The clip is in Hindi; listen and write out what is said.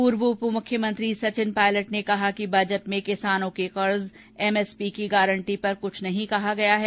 पूर्व उप मुख्यमंत्री सचिन पायलट ने कहा कि बजट में किसानों के कर्ज एमएसपी की गांरटी पर कुछ नहीं कहा गया है